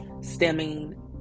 stemming